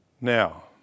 Now